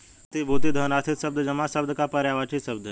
प्रतिभूति धनराशि शब्द जमा शब्द का पर्यायवाची है